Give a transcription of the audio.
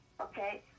okay